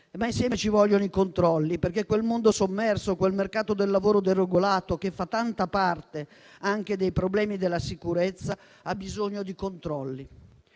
Insieme però ci vogliono i controlli, perché quel mondo sommerso e quel mercato del lavoro deregolato che fanno tanta parte anche dei problemi della sicurezza hanno bisogno di controlli.